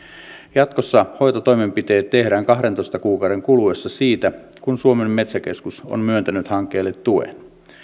jatkossa hoitotoimenpiteet tehdään kahdentoista kuukauden kuluessa siitä kun suomen metsäkeskus on myöntänyt hankkeelle tuen